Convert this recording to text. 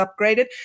upgraded